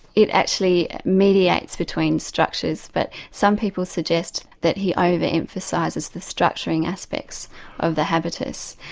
it actually mediates between structures but some people suggest that he over-emphasises the structuring aspects of the habitus,